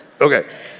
okay